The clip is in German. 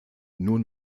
nur